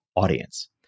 audience